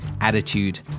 Attitude